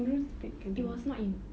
xin ru speaks cantonese